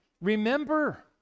remember